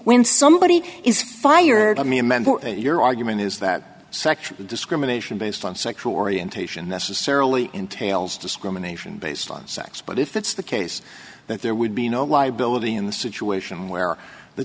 when somebody is fired i mean your argument is that sexual discrimination based on sexual orientation necessarily entails discrimination based on sex but if that's the case that there would be no why ability in the situation where the